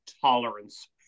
tolerance